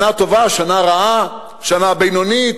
שנה טובה, שנה רעה, שנה בינונית,